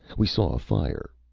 we saw a fire.